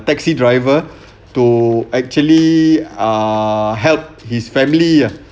taxi driver to actually ah help his family ah